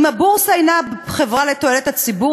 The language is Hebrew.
אם הבורסה היא חברה לתועלת הציבור,